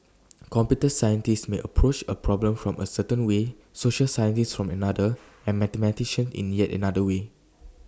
computer scientists may approach A problem from A certain way social scientists from another and mathematicians in yet another way